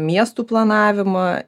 miestų planavimą